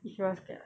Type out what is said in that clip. if you're scared [what]